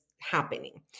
happening